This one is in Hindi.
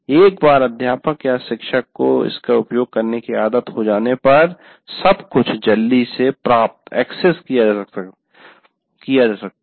एक बार प्राध्यापक शिक्षक को इसका उपयोग करने की आदत हो जाने पर सब कुछ जल्दी से प्राप्त किया जा सकता है